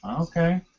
Okay